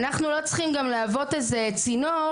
אנחנו לא צריכים גם להוות איזה צינור,